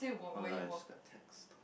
hold on I just got text